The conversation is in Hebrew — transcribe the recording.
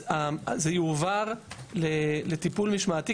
אז זה יועבר לטיפול משמעתי,